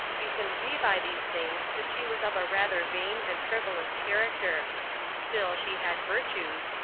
you can see by these things that she was of a rather vain and frivolous character still, she had virtues,